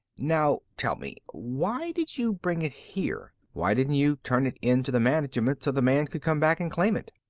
now tell me why did you bring it here? why didn't you turn it in to the management so the man could come back and claim it?